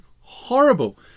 horrible